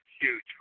huge